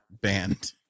banned